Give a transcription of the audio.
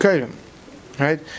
right